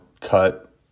cut